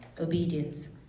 Obedience